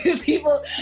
people